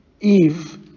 Eve